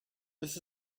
this